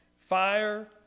Fire